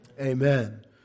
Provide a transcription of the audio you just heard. Amen